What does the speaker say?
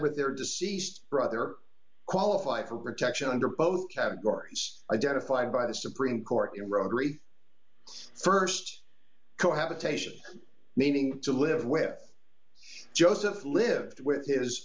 with their deceased brother qualify for protection under both categories identified by the supreme court in rotary st cohabitation meaning to live with joseph lived with his